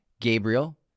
Gabriel